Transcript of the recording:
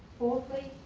fourthly,